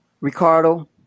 Ricardo